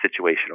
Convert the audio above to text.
situational